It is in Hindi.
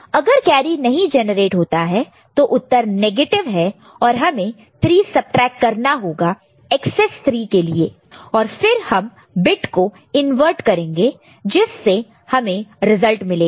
अगर कैरी नहीं जनरेट होता है तो उत्तर नेगेटिव है और हमें 3 सबट्रैक्ट करना होगा एकसेस 3 के लिए और फिर हम बिट को इनवर्ट करेंगे जिससे हमें रिजल्ट मिलेगा